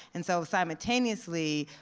and so simultaneously,